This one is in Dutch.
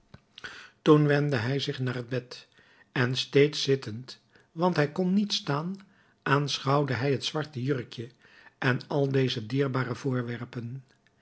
toen wendde hij zich naar het bed en steeds zittend want hij kon niet staan aanschouwde hij het zwarte jurkje en al deze dierbare voorwerpen